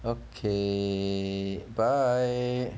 okay bye